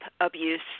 Abuse